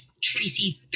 tracy